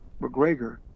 McGregor